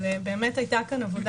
באמת הייתה כאן עבודה